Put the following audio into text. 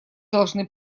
должны